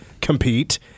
compete